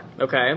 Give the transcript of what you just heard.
Okay